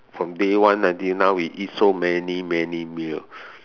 from day one until now we eat so many many meal